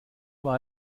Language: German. war